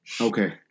Okay